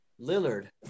Lillard